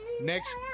Next